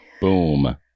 Boom